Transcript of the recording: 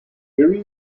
very